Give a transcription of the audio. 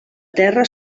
terra